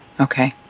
Okay